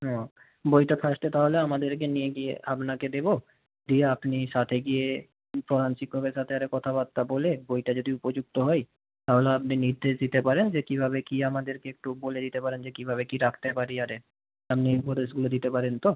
ও বইটা ফার্স্টে তাহলে আমাদেরকে নিয়ে গিয়ে আপনাকে দেব দিয়ে আপনি সাথে গিয়ে প্রধান শিক্ষকের সাথে একটা কথাবার্তা বলে বইটা যদি উপযুক্ত হয় তাহলে আপনি নির্দেশ দিতে পারেন যে কীভাবে কী আমাদেরকে একটু বলে দিতে পারেন যে কীভাবে কী রাখতে পারি আর আপনি উপদেশগুলো দিতে পারেন তো